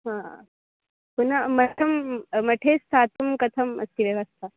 हा पुनः मठे मठे स्थातुं कथम् अस्ति व्यवस्था